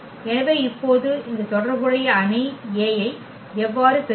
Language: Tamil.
எனவே இப்போது இந்த தொடர்புடைய அணி A ஐ எவ்வாறு பெறுவது